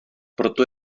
proto